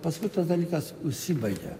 paskui tas dalykas užsibaigia